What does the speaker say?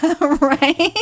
Right